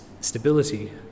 stability